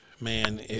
Man